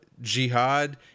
Jihad